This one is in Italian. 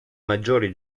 maggiori